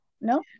no